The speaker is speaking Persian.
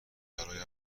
برایم